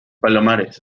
palomares